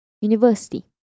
university